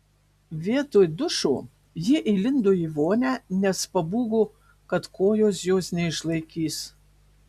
vietoj dušo ji įlindo į vonią nes pabūgo kad kojos jos neišlaikys